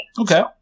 Okay